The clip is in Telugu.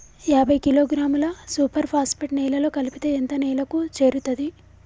యాభై కిలోగ్రాముల సూపర్ ఫాస్ఫేట్ నేలలో కలిపితే ఎంత నేలకు చేరుతది?